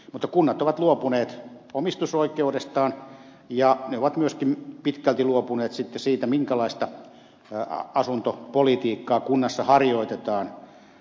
mutta kunnat ovat luopuneet omistusoikeudestaan ja ne ovat myöskin pitkälti luopuneet sitten siitä minkälaista asuntopolitiikkaa kunnassa harjoitetaan